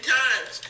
times